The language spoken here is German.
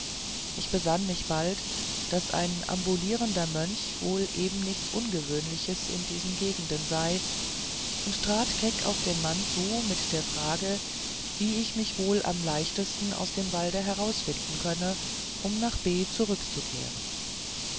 ich besann mich bald daß ein ambulierender mönch wohl eben nichts ungewöhnliches in diesen gegenden sei und trat keck auf den mann zu mit der frage wie ich mich wohl am leichtesten aus dem walde herausfinden könne um nach b zurückzukehren